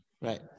Right